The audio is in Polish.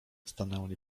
stanęli